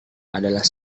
adalah